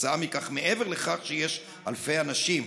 כתוצאה מכך, מעבר לכך שיש אלפי אנשים,